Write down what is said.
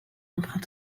emprunts